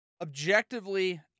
Objectively